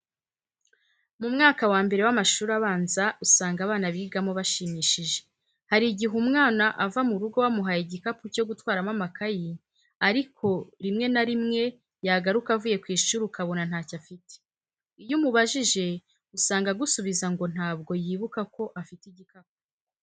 Mu mwaka wa mbere w'amashuri abanza usanga abana bigamo bashimishije. Hari igihe umwana ava mu rugo wamuhaye igikapu cyo gutwaramo amakayi ariko rimwe na rimwe yagaruka avuye ku ishuri ukabona ntacyo afite. Iyo umubajije usanga agusubiza ngo ntabwo yibukaga ko afite igikapu.